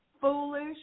Foolish